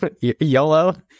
YOLO